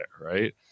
right